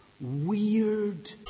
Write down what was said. weird